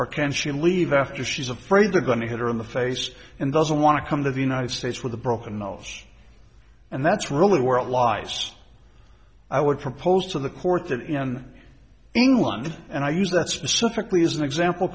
she leave after she's afraid they're going to hit her in the face and doesn't want to come to the united states with a broken nose and that's really where it lies i would propose to the court that in england and i use that specifically as an example